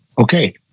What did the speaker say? okay